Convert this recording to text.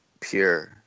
pure